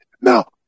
Now